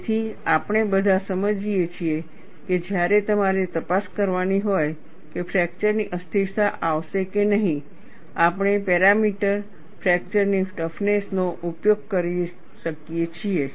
તેથી આપણે બધા સમજીએ છીએ કે જ્યારે તમારે તપાસ કરવાની હોય કે ફ્રેક્ચરની અસ્થિરતા આવશે કે નહીં આપણે પેરામીટર ફ્રેક્ચરની ટફનેસ નો ઉપયોગ કરી શકીએ છીએ